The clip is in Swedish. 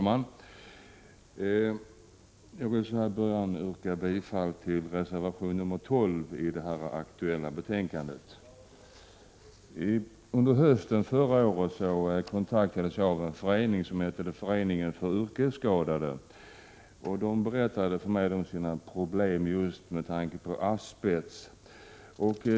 Herr talman! Jag vill börja med att yrka bifall till reservation 12 i det aktuella betänkandet. Under hösten förra året kontaktades jag av Föreningen för yrkesskadade. Representanterna för denna förening berättade för mig om sina problem med asbest.